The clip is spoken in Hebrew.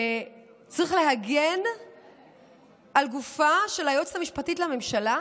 וצריך להגן על גופה של היועצת המשפטית לממשלה?